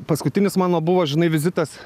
paskutinis mano buvo žinai vizitas